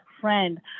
friend